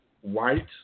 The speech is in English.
white